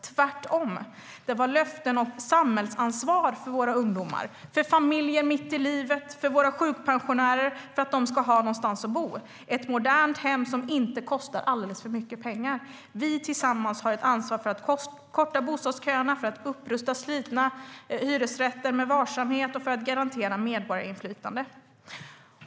Tvärtom - det var med löften om samhällsansvar för våra ungdomar, för våra familjer mitt i livet och för våra sjukpensionärer för att de ska ha någonstans att bo i ett modernt hem som inte kostar alldeles för mycket pengar. Vi tillsammans har ett ansvar för att korta bostadsköerna, för att upprusta slitna hyresrätter med varsamhet och för att garantera medborgarinflytande.